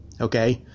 okay